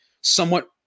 somewhat